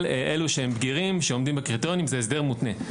לגבי בגירים שעומדים בקריטריונים זה הסדר מותנה.